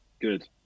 Good